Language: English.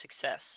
success